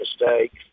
mistakes